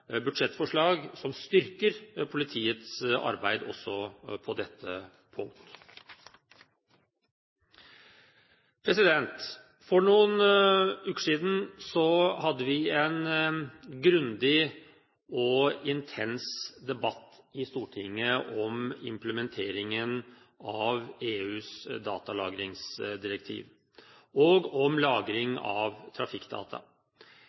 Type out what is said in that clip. budsjettforslag, som styrker politiets arbeid også på dette punkt. For noen uker siden hadde vi en grundig og intens debatt i Stortinget om implementeringen av EUs datalagringsdirektiv og om lagring av trafikkdata.